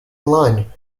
line